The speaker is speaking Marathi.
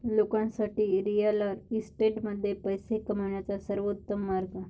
लोकांसाठी रिअल इस्टेटमध्ये पैसे कमवण्याचा सर्वोत्तम मार्ग